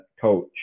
coach